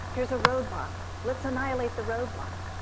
here's a roadblock, let's annihilate the roadblock.